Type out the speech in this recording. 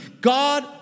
God